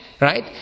Right